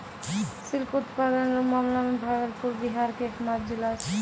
silk उत्पादन रो मामला मे भागलपुर बिहार के एकमात्र जिला छै